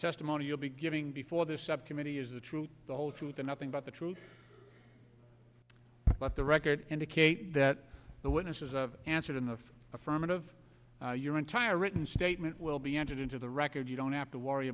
testimony you'll be giving before the subcommittee is the truth the whole truth and nothing but the truth but the record indicate that the witnesses of answered in the affirmative your entire written statement will be entered into the record you don't have to worry